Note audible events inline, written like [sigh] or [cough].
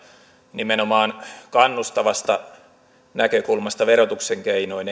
nimenomaan kannustavasta näkökulmasta verotuksen keinoin [unintelligible]